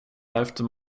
efter